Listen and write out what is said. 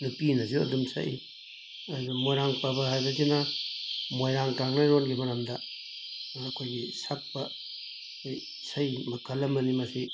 ꯅꯨꯄꯤꯅꯁꯨ ꯑꯗꯨꯝ ꯁꯛꯏ ꯑꯗꯨ ꯃꯣꯏꯔꯥꯡ ꯄꯕ ꯍꯥꯏꯕꯁꯤꯅ ꯃꯣꯏꯔꯥꯡ ꯀꯥꯡꯂꯩꯔꯣꯜꯒꯤ ꯃꯔꯝꯗ ꯑꯩꯈꯣꯏꯒꯤ ꯁꯛꯄ ꯏꯁꯩ ꯃꯈꯜ ꯑꯃꯅꯤ ꯃꯁꯤ